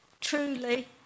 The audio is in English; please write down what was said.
Truly